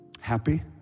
Happy